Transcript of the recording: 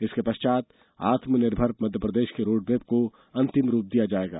इसके पश्चात आत्मनिर्भर मध्यप्रदेश के रोडमेप को अंतिम रूप दिया जाएगा